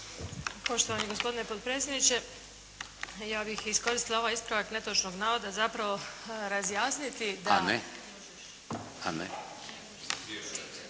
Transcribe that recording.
Poštovani gospodine potpredsjedniče, ja bih iskoristila ovaj ispravak netočnog navoda zapravo za razjasniti. **Šeks,